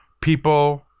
people